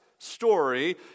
story